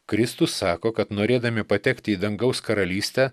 kristus sako kad norėdami patekti į dangaus karalystę